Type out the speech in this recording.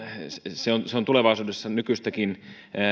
se on se on tulevaisuudessa nykyistäkin